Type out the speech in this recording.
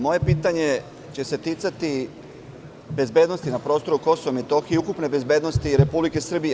Moje pitanje će se ticati bezbednosti na prostoru Kosova i Metohije i ukupne bezbednosti Republike Srbije.